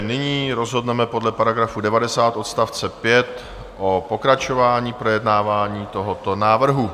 Nyní rozhodneme podle § 90 odst. 5 o pokračování projednávání tohoto návrhu.